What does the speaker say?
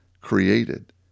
created